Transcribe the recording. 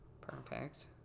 perfect